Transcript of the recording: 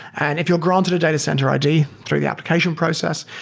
and if you're granted a data center id through the application process,